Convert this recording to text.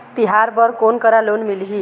तिहार बर कोन करा लोन मिलही?